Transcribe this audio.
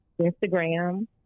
Instagram